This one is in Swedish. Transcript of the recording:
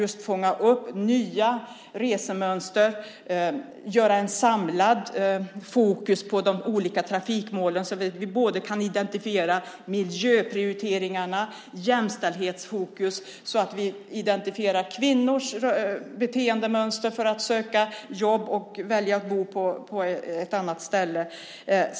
Vi ska fånga upp nya resemönster och fokusera på de olika trafikmålen, så att vi kan identifiera miljöprioriteringarna och jämställdhetsaspekterna, till exempel kvinnors beteendemönster då de söker jobb och väljer att bo på ett annat ställe.